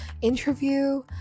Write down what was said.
interview